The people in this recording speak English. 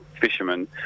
fishermen